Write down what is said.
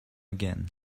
again